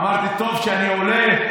אמרתי: טוב שאני עולה,